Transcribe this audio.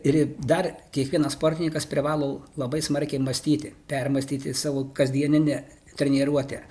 ir dar kiekvienas sportininkas privalo labai smarkiai mąstyti permąstyti savo kasdienę treniruotę